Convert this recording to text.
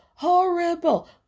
horrible